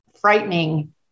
frightening